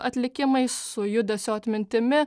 atlikimais su judesio atmintimi